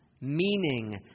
meaning